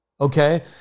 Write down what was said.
okay